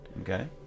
Okay